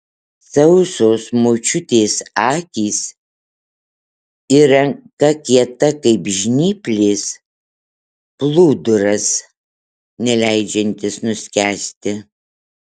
sausos močiutės akys ir ranka kieta kaip žnyplės plūduras neleidžiantis nuskęsti